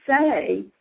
say